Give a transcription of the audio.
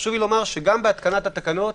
חשוב לי לומר שגם בהתקנת התקנות,